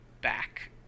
back